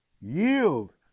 yield